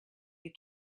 you